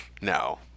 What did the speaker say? no